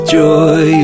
joy